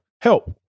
Help